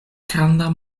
granda